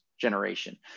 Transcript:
generation